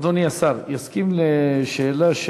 אדוני השר יסכים לשאלה?